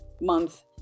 month